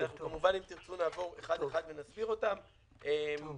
ואם תרצו נעבור אחד אחד ונסביר אותם כמובן.